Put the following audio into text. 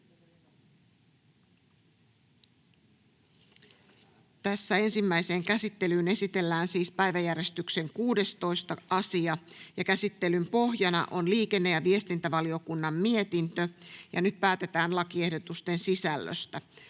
Ensimmäiseen käsittelyyn esitellään päiväjärjestyksen 5. asia. Käsittelyn pohjana on sosiaali- ja terveysvaliokunnan mietintö StVM 16/2023 vp. Nyt päätetään lakiehdotusten sisällöstä.